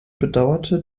bedauerte